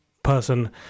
person